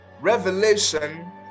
Revelation